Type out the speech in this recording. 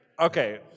okay